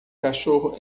cachorro